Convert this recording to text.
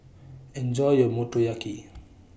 Enjoy your Motoyaki